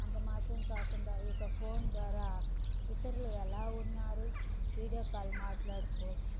అంతమాత్రం కాకుండా ఈ యొక్క ఫోన్ ద్వారా ఇతరులు ఎలా ఉన్నారు వీడియో కాల్ మాట్లాడుకోవచ్చు